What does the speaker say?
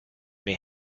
may